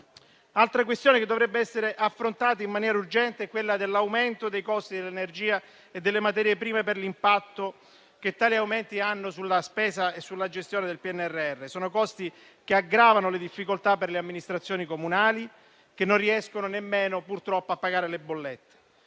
Altra questione che dovrebbe essere affrontata in maniera urgente è quella dell'aumento dei costi dell'energia e delle materie prime, per l'impatto che tali aumenti hanno sulla spesa e sulla gestione del PNRR. Sono costi che aggravano le difficoltà per le amministrazioni comunali, che non riescono nemmeno a pagare le bollette.